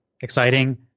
exciting